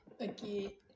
Okay